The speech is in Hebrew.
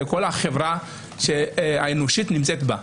שכל החברה האנושית נמצאת בה,